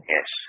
Yes